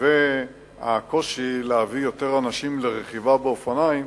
והקושי להביא יותר אנשים לרכיבה באופניים